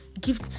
give